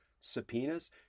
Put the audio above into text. subpoenas